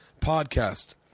podcast